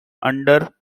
under